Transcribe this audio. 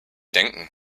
denken